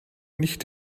nicht